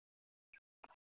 କେଉଁଠୁ ଆସୁଛନ୍ତି ସେ